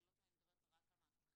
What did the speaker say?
אני לא תמיד מדברת רק על מערכת החינוך.